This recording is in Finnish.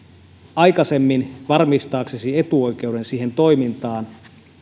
aikaisemmin varmistaaksesi etuoikeuden siihen toimintaan